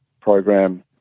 program